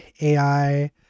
ai